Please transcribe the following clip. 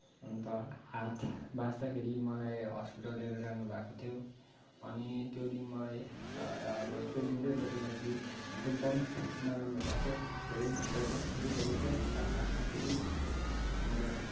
अन्त हात भाँच्दाखेरि मलाई हस्पिटल लिएर जानुभएको थियो अनि त्यो दिन मलाई अब त्यो दिन चाहिँ मेरो लागि एकदम नराम्रो भएको थियो धेरै दुख्दै दुखेको थियो हात भाँच्दाखेरि अन्त